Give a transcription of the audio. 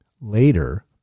later